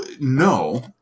no